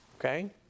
okay